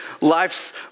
life's